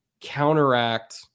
counteract